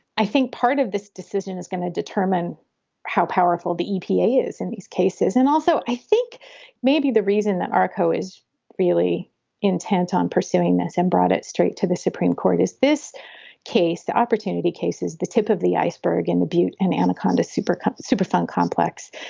i think part of this decision is going to determine how powerful the epa is in these cases. and also i think maybe the reason that arco is really intent on pursuing this and brought it straight to the supreme court, is this case the opportunity cases, the tip of the iceberg in the butte and anaconda's supercut superfund complex?